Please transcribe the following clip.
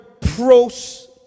pros